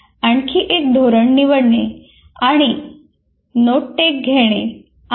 आणखी एक धोरण निवडणे आणि नोट टेक घेणे आहे